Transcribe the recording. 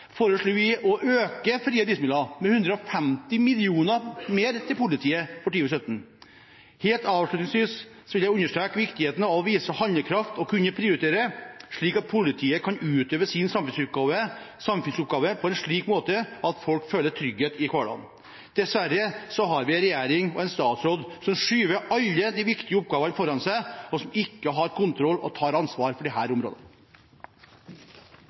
vi å øke de frie driftsmidlene med 150 mill. kr mer til politiet for 2017. Helt avslutningsvis vil jeg understreke viktigheten av å vise handlekraft og kunne prioritere, slik at politiet kan utøve sin samfunnsoppgave på en slik måte at folk føler trygghet i hverdagen. Dessverre har vi en regjering og en statsråd som skyver alle de viktige oppgavene foran seg, og som ikke har kontroll og ikke tar ansvar for disse områdene.